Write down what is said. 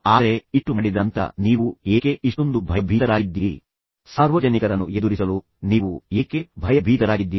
ಆದರೆ ಇಷ್ಟು ಮಾಡಿದ ನಂತರ ನೀವು ಏಕೆ ಇಷ್ಟೊಂದು ಭಯಭೀತರಾಗಿದ್ದೀರಿ ಸಾರ್ವಜನಿಕರನ್ನು ಎದುರಿಸಲು ನೀವು ಏಕೆ ಭಯಭೀತರಾಗಿದ್ದೀರಿ